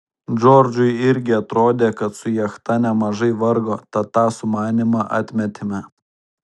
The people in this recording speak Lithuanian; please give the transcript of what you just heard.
džordžui irgi atrodė kad su jachta nemažai vargo tad tą sumanymą atmetėme